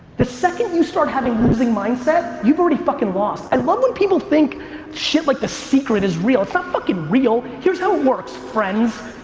the second you start having losing mindset, you've already fuckin' lost. i love when people think shit like the secret is real. it's not ah fuckin' real. here's how it works, friends.